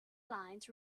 lines